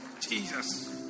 Jesus